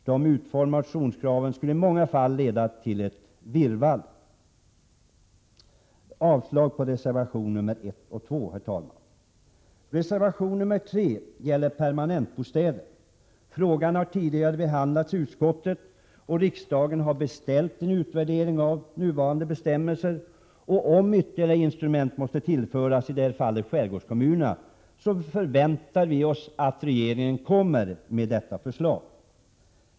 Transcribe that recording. Såsom kraven i motionen är utformade skulle det i många fall leda till ett virrvarr. Avslag på reservation 1 och 2, herr talman. Reservation 3 gäller permanentbostäder. Frågan har tidigare behandlats i utskottet. Riksdagen har beställt en utvärdering av nuvarande bestämmelser. Om ytterligare instrument måste tillföras, i det här fallet beträffande skärgårdskommunerna, så förväntar vi oss att regeringen kommer med ett sådant förslag.